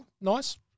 nice